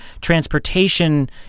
transportation